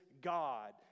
God